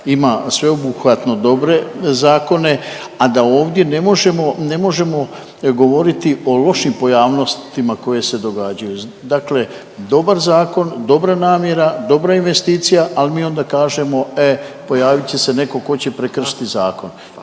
ima sveobuhvatno dobre zakone, a da ovdje ne možemo govoriti o lošim pojavnostima koje se događaju. Dakle, dobar zakon, dobra namjera, dobra investicija ali mi onda kažemo e pojavit će se netko tko će prekršiti zakon.